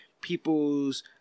people's